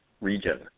region